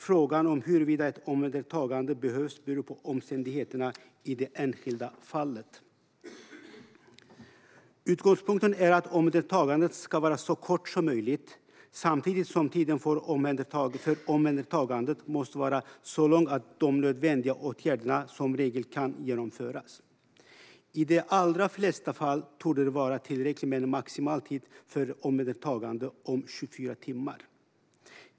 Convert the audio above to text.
Frågan om huruvida ett omhändertagande behövs beror på omständigheterna i det enskilda fallet. Utgångspunkten är att omhändertagandet ska vara så kort som möjligt samtidigt som tiden för omhändertagandet måste vara så lång att de nödvändiga åtgärderna som regel kan genomföras. I de allra flesta fall torde det vara tillräckligt med en maximal tid för omhändertagande om 24 timmar.